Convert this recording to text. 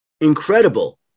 incredible